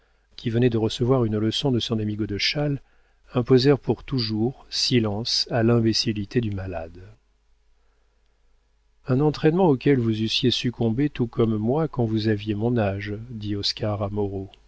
qui venait de recevoir une leçon de son ami godeschal imposèrent pour toujours silence à l'imbécillité du malade un entraînement auquel vous eussiez succombé tout comme moi quand vous aviez mon âge dit